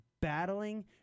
battling